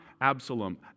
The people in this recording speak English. Absalom